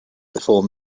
before